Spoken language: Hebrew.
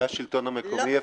והשלטון המקומי איפה?